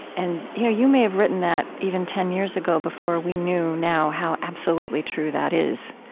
and you know, you may have written that even ten years ago, before we knew now how absolutely true that is.